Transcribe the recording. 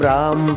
Ram